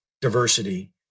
diversity